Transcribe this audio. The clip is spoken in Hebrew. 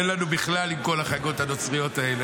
אין לנו בכלל עם כל החגאות הנוצריות האלה,